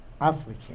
Africa